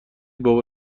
بابا